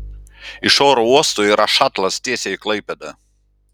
iš oro uosto yra šatlas tiesiai į klaipėdą